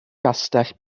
gastell